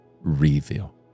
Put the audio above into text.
reveal